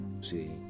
See